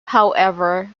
however